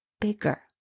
bigger